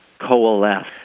coalesce